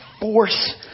force